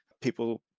people